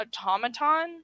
automaton